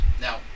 Now